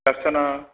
कश्चन